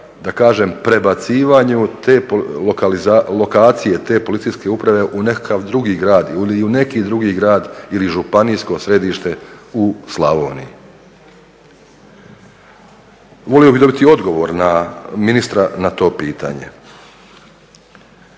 i na prebacivanju lokacije, te policijske uprave u neki drugi grad ili u neki drugi grad ili županijskog središte u Slavoniji? Volio bih dobiti odgovor ministra na to pitanje.